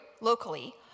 locally